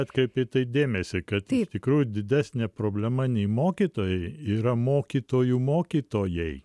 atkreipė dėmesį kad iš tikrųjų didesnė problema nei mokytojai yra mokytojų mokytojai